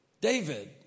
David